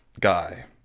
guy